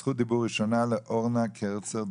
זכות דיבור ראשונה לאירנה קרצר.